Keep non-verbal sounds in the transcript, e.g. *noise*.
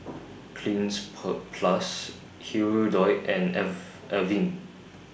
Cleanz *unintelligible* Plus Hirudoid and *unintelligible* Avene